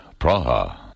Praha